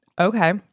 okay